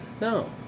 no